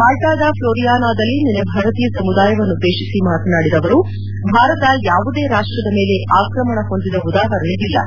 ಮಾಲ್ಲಾದ ಫ್ಲೋರಿಯಾನದಲ್ಲಿ ನಿನ್ನೆ ಭಾರತೀಯ ಸಮುದಾಯವನ್ನುದ್ದೇಶಿಸಿ ಮಾತನಾಡಿದ ಅವರು ಭಾರತ ಯಾವುದೇ ರಾಷ್ಷದ ಮೇಲೆ ಆಕ್ರಮಣ ಹೊಂದಿದ ಉದಾಹರಣೆ ಇಲ್ಲ